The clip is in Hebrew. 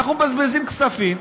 אנחנו מבזבזים כספים.